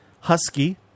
Husky